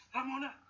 Ramona